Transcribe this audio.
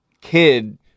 kid